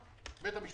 קיבל את הערעור שלו,